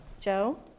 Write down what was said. Joe